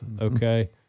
okay